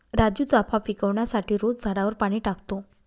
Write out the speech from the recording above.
राजू चाफा पिकवण्यासाठी रोज झाडावर पाणी टाकतो